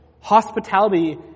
hospitality